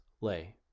lay